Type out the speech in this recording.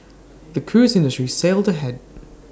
the cruise industry sailed ahead